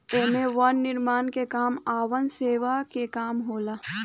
एमे वन निर्माण के काम आ वन सेवा के काम होला